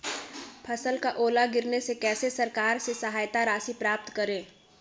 फसल का ओला गिरने से कैसे सरकार से सहायता राशि प्राप्त करें?